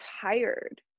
tired